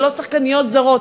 ולא שחקניות זרות.